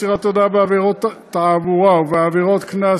מסירת הודעה בעבירות תעבורה ובעבירות קנס